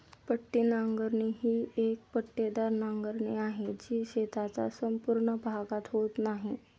पट्टी नांगरणी ही एक पट्टेदार नांगरणी आहे, जी शेताचा संपूर्ण भागात होत नाही